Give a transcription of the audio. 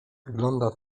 wygląda